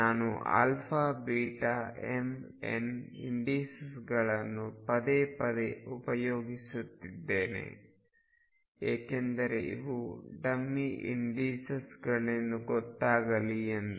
ನಾನು α βmn ಇಂಡಿಸಿಸ್ಗಳನ್ನು ಪದೇ ಪದೇ ಉಪಯೋಗಿಸುತ್ತಿದ್ದೇನೆ ಏಕೆಂದರೆ ಇವು ಡಮ್ಮಿ ಇಂಡಿಸಿಸ್ಗಳೆಂದು ಗೊತ್ತಾಗಲಿ ಎಂದು